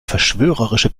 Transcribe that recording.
verschwörerische